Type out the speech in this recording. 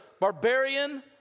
barbarian